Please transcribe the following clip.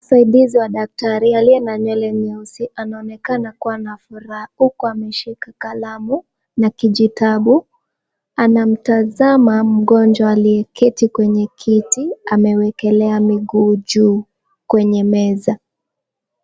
Msaidizi wa daktari aliye na nywele nyeusi anaonekana kuwa na furaha huku ameshika kalamu na kijitabu, anamtazama mgonjwa aliyeketi kwenye kiti, amewekelea miguu juu kwenye meza.